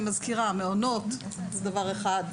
אני מזכירה שמעונות זה דבר אחד,